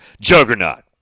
juggernaut